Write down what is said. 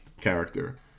character